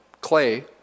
clay